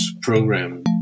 program